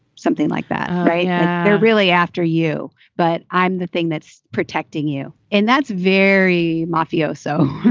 something like that right yeah there really after you. but i'm the thing that's protecting you. and that's very mafioso.